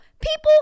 people